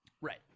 right